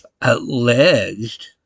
alleged